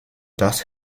does